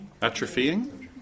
Atrophying